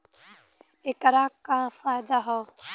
ऐकर का फायदा हव?